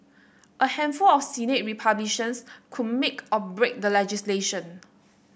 a handful of Senate Republicans could make or break the legislation